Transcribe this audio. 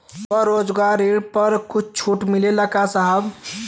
स्वरोजगार ऋण पर कुछ छूट मिलेला का साहब?